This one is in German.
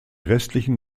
restlichen